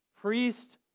priest